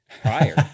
prior